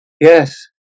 Yes